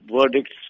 verdicts